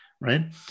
Right